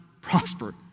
prosper